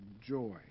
joy